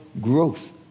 growth